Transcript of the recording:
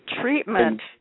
Treatment